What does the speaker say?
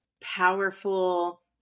powerful